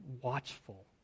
watchful